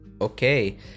Okay